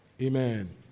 amen